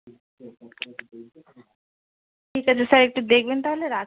ঠিক আছে স্যার একটু দেখবেন তাহলে রা